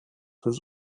his